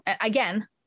again